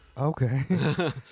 Okay